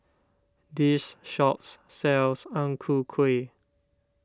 this shops sells Ang Ku Kueh